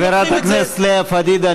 חברת הכנסת לאה פדידה,